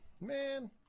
Man